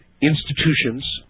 institutions